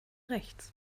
rechts